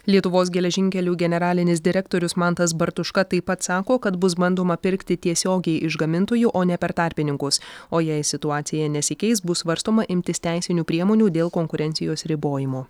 lietuvos geležinkelių generalinis direktorius mantas bartuška taip pat sako kad bus bandoma pirkti tiesiogiai iš gamintojų o ne per tarpininkus o jei situacija nesikeis bus svarstoma imtis teisinių priemonių dėl konkurencijos ribojimo